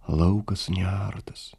laukas neartas